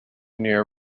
near